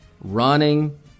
running